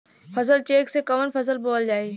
फसल चेकं से कवन फसल बोवल जाई?